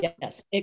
Yes